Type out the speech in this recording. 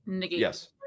Yes